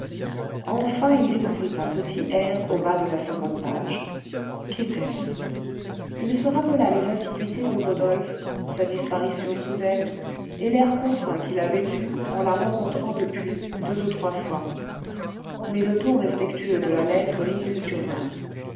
enfin il découvrit un petit r au bas de la seconde page qu'était-ce il se rappela les assiduités de rodolphe sa disparition soudaine et l'air contraint qu'il avait eu en la rencontrant depuis deux ou trois fois mais le ton respectueux de la lettre